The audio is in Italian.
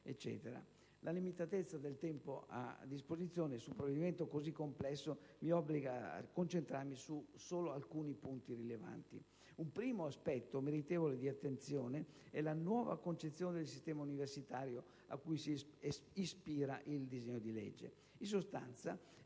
La limitatezza del tempo a disposizione su un provvedimento così complesso mi obbliga a concentrarmi solo su alcuni punti rilevanti. Un primo aspetto meritevole di attenzione è la nuova concezione del sistema universitario alla quale si ispira il disegno di legge.